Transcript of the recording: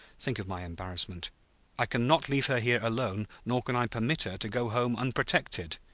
think of my embarrassment i can not leave her here, alone, nor can i permit her to go home unprotected.